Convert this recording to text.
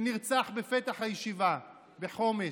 שנרצח בפתח הישיבה בחומש.